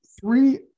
three